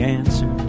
answer